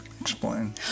explain